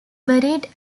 buried